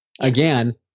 Again